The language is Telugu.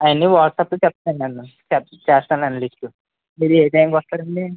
అయన్నీ వాట్సాప్లో చెప్తానండి చే చేస్తాను లెండి లిస్టు మీరు ఏ టైంకి వస్తారండి